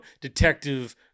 detective